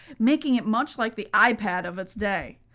making it much like the ipad of its day.